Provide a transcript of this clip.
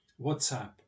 WhatsApp